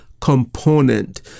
component